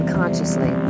Unconsciously